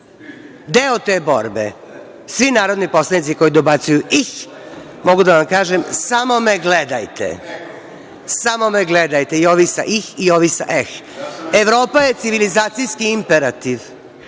Ih!)Deo te borbe, svi narodni poslanici koji dobacuju – ih, mogu da vam kažem samo me gledajte. Samo me gledajte! I ovi sa –ih, i ovi sa – eh. Evropa je civilizacijski imperativ